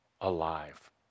alive